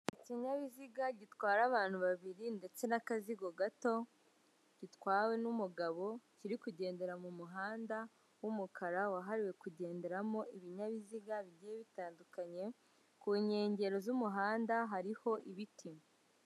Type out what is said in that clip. Ikinyabiziga gitwara abantu babiri ndetse n'akazigo gato, gitwawe n'umugabo kiri kugendera mu muhanda w'umukara wahariwe kugenderamo ibinyabiziga bigiye bitandukanye, ku nkengero z'umuhanda hariho ibiti.